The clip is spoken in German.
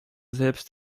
selbst